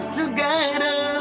together